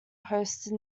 hosted